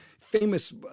famous